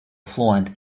fluent